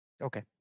Okay